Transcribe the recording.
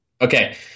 Okay